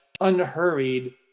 unhurried